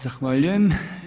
Zahvaljujem.